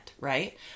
right